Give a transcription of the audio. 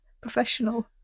professional